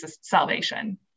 salvation